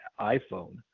iPhone